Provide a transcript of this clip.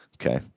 Okay